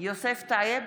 יוסף טייב,